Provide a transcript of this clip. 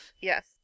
Yes